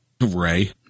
Ray